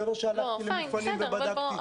זה לא שהלכתי למפעלים ובדקתי.